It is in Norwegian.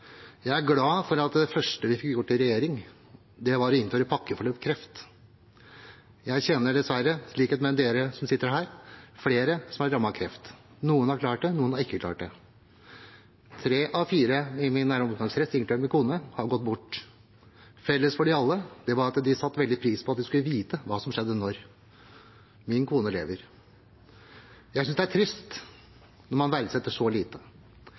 Jeg er glad for at det første vi fikk gjort i regjering, var å innføre pakkeforløp for kreft. Jeg kjenner dessverre, i likhet med dere som sitter her, flere som er rammet av kreft. Noen har klart seg, noen har ikke klart seg. Det gjelder tre av fire i min nære omgangskrets, inkludert min kone – noen har gått bort. Felles for dem alle var at de satte veldig pris på å vite hva som skjedde når. Min kone lever. Jeg synes det er trist når man verdsetter så lite.